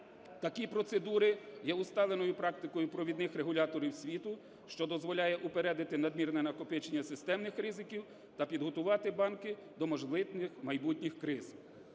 Такі процедури є усталеною практикою провідних регуляторів світу, що дозволяє упередити надмірне накопичення системних ризиків та підготувати банки до можливих майбутніх криз.